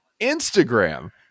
Instagram